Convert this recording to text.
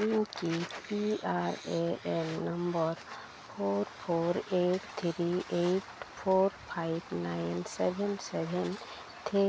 ᱤᱧᱠᱤ P R A N number four four eight three eight four five nine seven seven three